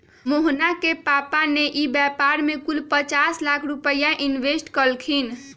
मोहना के पापा ने ई व्यापार में कुल पचास लाख रुपईया इन्वेस्ट कइल खिन